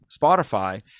Spotify